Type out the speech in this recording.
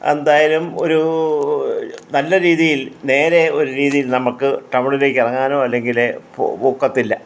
എന്തായാലും ഒരു നല്ല രീതിയിൽ നേരെ ഒരു രീതിയിൽ നമുക്ക് ടൗണിലേയ്ക്ക് ഇറങ്ങാനോ അല്ലെങ്കിൽ ഒക്കത്തില്ല